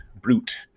brute